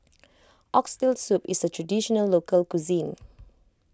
Oxtail Soup is a Traditional Local Cuisine